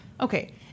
Okay